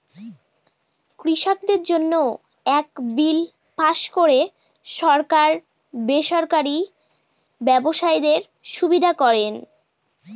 কৃষকদের জন্য এক বিল পাস করে সরকার বেসরকারি ব্যবসায়ীদের সুবিধা করেন